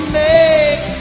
make